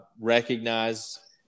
recognize